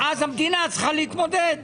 ואז המדינה צריכה להתמודד?